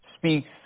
speaks